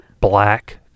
Black